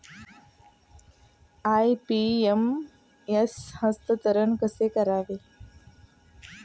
IMPS हस्तांतरण कसे करावे?